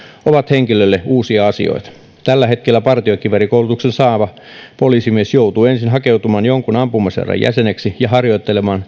ovat henkilölle uusia asioita tällä hetkellä partiokiväärikoulutuksen saava poliisimies joutuu ensin hakeutumaan jonkun ampumaseuran jäseneksi ja harjoittelemaan